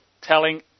telling